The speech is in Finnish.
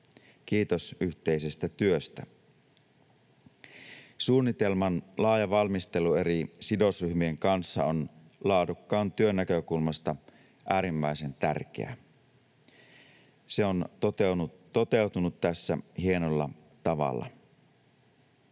Kiitos yhteisestä työstä. Suunnitelman laaja valmistelu eri sidosryhmien kanssa on laadukkaan työn näkökulmasta äärimmäisen tärkeää. Se on toteutunut tässä hienolla tavalla.